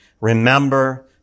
remember